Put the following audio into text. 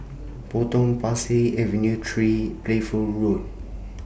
Potong Pasir Avenue three Playfair